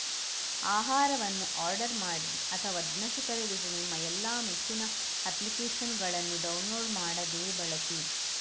ಆಹಾರವನ್ನು ಆರ್ಡರ್ ಮಾಡಿ ಅಥವಾ ದಿನಸಿ ಖರೀದಿಸಿ ನಿಮ್ಮ ಎಲ್ಲಾ ಮೆಚ್ಚಿನ ಅಪ್ಲಿಕೇಶನ್ನುಗಳನ್ನು ಡೌನ್ಲೋಡ್ ಮಾಡದೆಯೇ ಬಳಸಿ